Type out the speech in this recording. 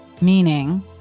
meaning